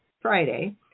Friday